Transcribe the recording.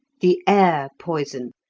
the air poison,